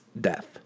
death